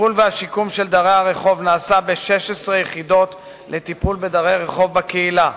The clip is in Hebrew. הטיפול והשיקום של דרי הרחוב נעשה ב-16 יחידות לטיפול בדרי רחוב בקהילה,